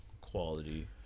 quality